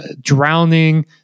drowning